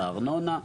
בארנונה.